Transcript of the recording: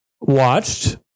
watched